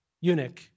eunuch